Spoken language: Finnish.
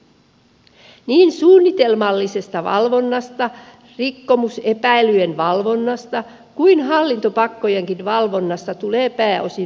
niin suunnitelmallisesta valvonnasta rikkomusepäilyjen valvonnasta kuin hallintopakkojenkin valvonnasta tulee pääosin maksullista